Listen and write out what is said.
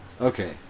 Okay